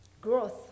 growth